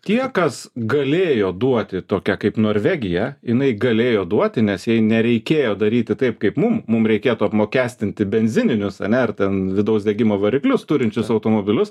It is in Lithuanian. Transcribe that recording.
tie kas galėjo duoti tokia kaip norvegija jinai galėjo duoti nes jai nereikėjo daryti taip kaip mum mum reikėtų apmokestinti benzininius ane ar ten vidaus degimo variklius turinčius automobilius